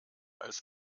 als